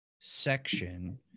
section